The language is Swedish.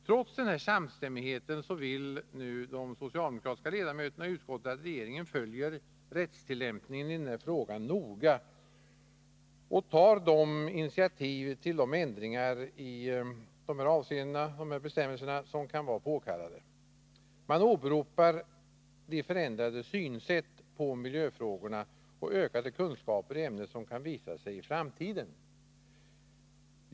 Trots samstämmigheten vill nu de socialdemokratiska ledamöterna i utskottet att regeringen följer rättstillämpningen i den här frågan noga och tarinitiativ till de ändringar i berörda bestämmelser som kan vara påkallade. Man åberopar de förändrade synsätt på miljöfrågorna och det behov av ökade kunskaper i ämnet som kan visa sig i framtiden.